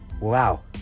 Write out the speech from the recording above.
Wow